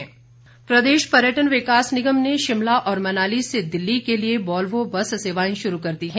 Volvo bus प्रदेश पर्यटन विकास निगम ने शिमला और मनाली से दिल्ली के लिए वॉलवो बस सेवाएं शुरू कर दी हैं